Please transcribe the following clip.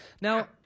Now